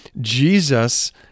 Jesus